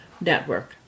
Network